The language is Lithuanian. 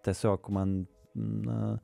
tiesiog man na